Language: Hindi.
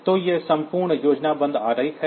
तो यह संपूर्ण योजनाबद्ध आरेख है